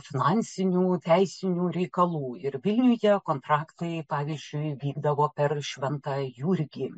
finansinių teisinių reikalų ir vilniuje kontraktai pavyzdžiui vykdavo per šventą jurgį